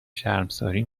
شرمساری